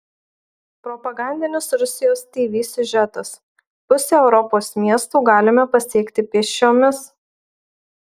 propagandinis rusijos tv siužetas pusę europos miestų galime pasiekti pėsčiomis